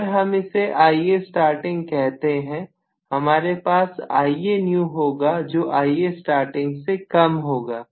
अगर हम इसे Ia starting कहते हैं हमारे पास Ianew होगा जो Ia starting से कम होगा